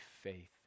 faith